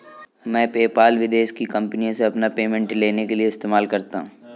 मैं पेपाल विदेश की कंपनीयों से अपना पेमेंट लेने के लिए इस्तेमाल करता हूँ